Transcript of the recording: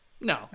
no